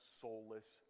soulless